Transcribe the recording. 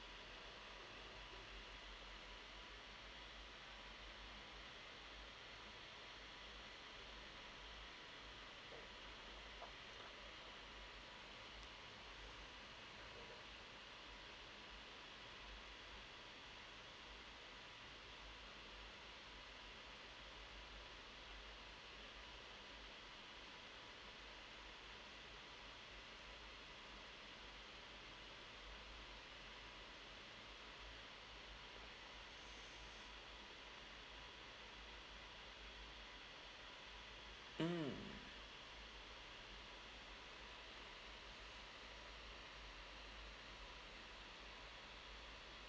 mm